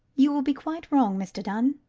you will be quite wrong, mr dunn.